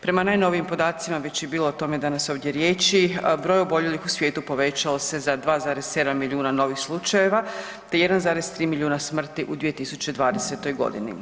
Prema najnovijim podacima, već je bilo o tome danas ovdje riječi, broj oboljelih u svijetu povećao se za 2,7 milijuna novih slučajeva te 1,3 miliona smrti u 2020. godini.